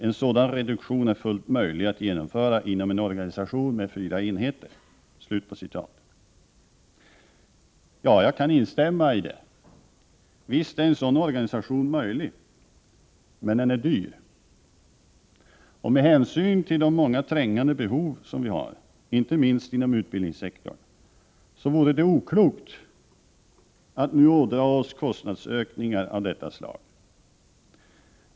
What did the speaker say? En sådan reduktion är fullt möjlig att genomföra inom en organisation med fyra enheter.” Jag kan instämma i det. Visst är en sådan organisation möjlig, men den är dyr. Med hänsyn till de många trängande behov vi har, inte minst inom utbildningssektorn, vore det oklokt att nu ådra oss kostnadsökningar av detta slag.